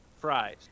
fries